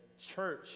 church